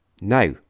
Now